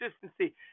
consistency